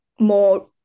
more